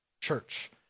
church